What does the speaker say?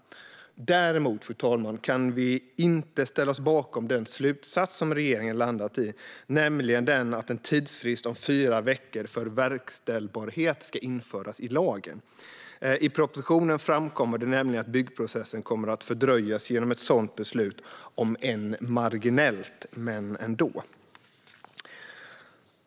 Däremot kan vi inte ställa oss bakom den slutsats som regeringen har landat i, nämligen att en tidsfrist om fyra veckor för verkställbarhet ska införas i lagen. I propositionen framkommer det nämligen att byggprocessen kommer att fördröjas genom ett sådant beslut, marginellt - men ändå.